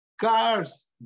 cars